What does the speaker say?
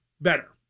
better